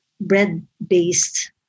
bread-based